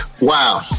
Wow